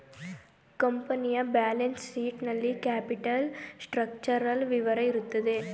ಕಂಪನಿಯ balance sheet ನಲ್ಲಿ capital structural ವಿವರ ಇರುತ್ತೆ